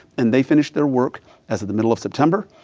and they finished their work as of the middle of september,